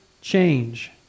change